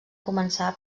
començar